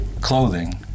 Clothing